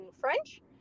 French